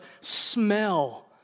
smell